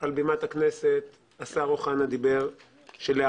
על בימת הכנסת השר אוחנה דיבר שלהערכת